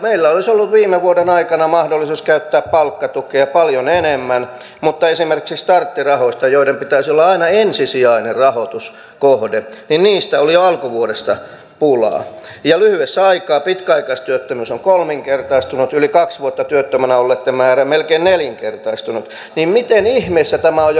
meillä olisi ollut viime vuoden aikana mahdollisuus käyttää palkkatukea paljon enemmän mutta esimerkiksi starttirahoista joiden pitäisi olla aina ensisijainen rahoituskohde oli jo alkuvuodesta pulaa ja lyhyessä ajassa pitkäaikaistyöttömyys on kolminkertaistunut yli kaksi vuotta työttömänä olleitten määrä melkein nelinkertaistunut joten miten ihmeessä tämä on joku taikatemppu